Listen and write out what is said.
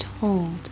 told